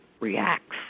reacts